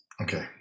Okay